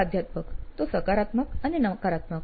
પ્રાધ્યાપક તો સકારાત્મક અને નકારાત્મક